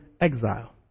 exile